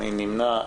מי נמנע?